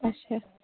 اَچھا